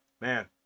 man